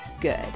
good